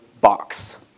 box